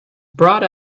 brought